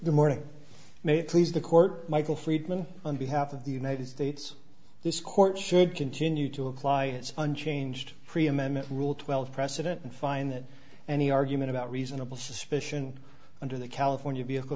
the morning may it please the court michael friedman on behalf of the united states this court should continue to apply its unchanged preeminent rule twelve precedent and find that any argument about reasonable suspicion under the california vehicle